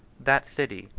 that city,